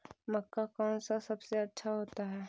मक्का कौन सा सबसे अच्छा होता है?